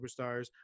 superstars